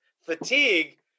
fatigue